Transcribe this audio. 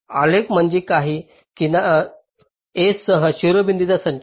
आलेख म्हणजे काही किनार्यांसह शिरोबिंदूंचा संच